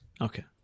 Okay